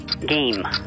Game